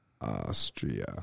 Austria